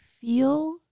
feel